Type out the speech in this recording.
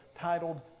titled